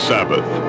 Sabbath